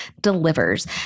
delivers